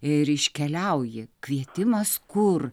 ir iškeliauji kvietimas kur